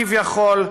כביכול,